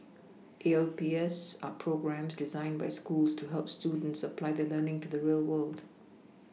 A L P S are programmes designed by schools to help students apply their learning to the real world